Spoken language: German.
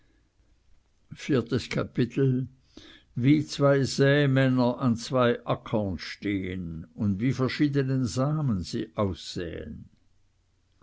viertes kapitel wie zwei säemänner an zwei äckern stehn und wie verschiedenen samen sie aussäen